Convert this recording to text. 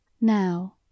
Now